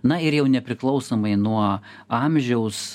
na ir jau nepriklausomai nuo amžiaus